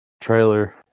trailer